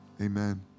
amen